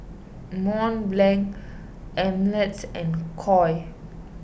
Mont Blanc Ameltz and Koi